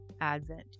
Advent